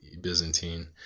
Byzantine